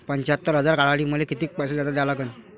पंच्यात्तर हजार काढासाठी मले कितीक पैसे जादा द्या लागन?